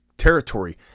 territory